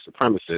supremacists